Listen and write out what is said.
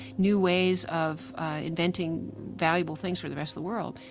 new ways of inventing valuable things for the rest of the world.